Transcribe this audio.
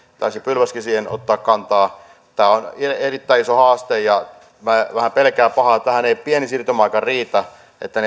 taisi pylväskin siihen ottaa kantaa tämä on erittäin iso haaste ja minä vähän pelkään pahaa että tähän ei pieni siirtymäaika riitä että